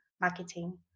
marketing